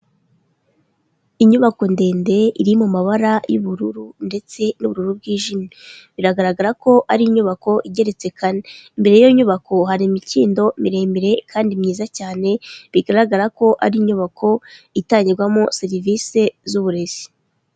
Inyubako ndende iri mu mabara y'ubururu ndetse n'ubururu bwijimye, biragaragara ko ari inyubako igeretse kane, imbere y'iyo nyubako hari imikindo miremire kandi myiza cyane bigaragara ko ari inyubako itangirwamo serivisi z'uburezi.